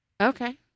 Okay